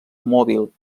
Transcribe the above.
mòbil